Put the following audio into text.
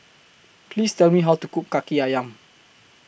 Please Tell Me How to Cook Kaki Ayam